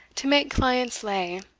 to make clients lay,